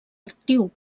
actiu